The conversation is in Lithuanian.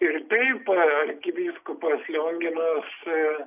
ir taip arkivyskupas lionginas